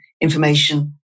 information